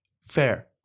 Fair